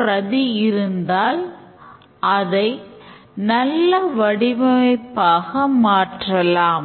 பிரதி இருந்தால் அதை நல்ல வடிவமைப்பாக மாற்றலாம்